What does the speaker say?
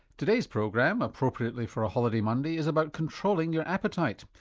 today's program, appropriately for a holiday monday, is about controlling your appetite.